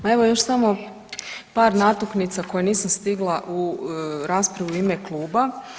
Ma evo još samo par natuknica koje nisam stigla u raspravi u ime kluba.